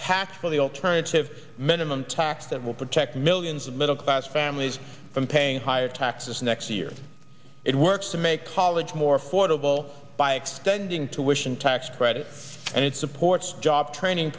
patch for the alternative minimum tax that will protect millions of middle class families from paying higher taxes next year it works to make college more affordable by extending tuitions tax credit and it supports job training